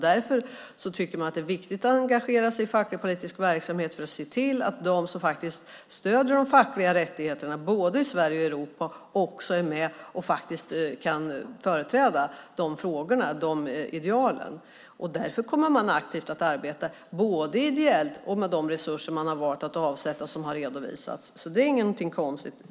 Därför tycker man att det är viktigt att engagera sig i facklig-politisk verksamhet, för att se till att de som stöder de fackliga rättigheterna - både i Sverige och i Europa - faktiskt är med och kan företräda de frågorna och de idealen. Därför kommer man att aktivt arbeta både ideellt och med de resurser man har valt att avsätta som har redovisats. Det är inget konstigt.